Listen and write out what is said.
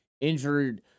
injured